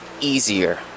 easier